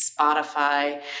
Spotify